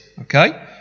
Okay